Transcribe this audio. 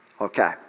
Okay